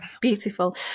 Beautiful